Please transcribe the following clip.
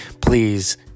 please